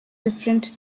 different